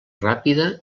ràpida